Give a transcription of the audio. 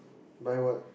buy what